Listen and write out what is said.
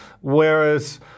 Whereas